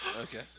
Okay